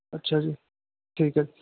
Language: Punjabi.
ਅੱਛਾ ਜੀ ਠੀਕ ਹੈ